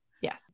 Yes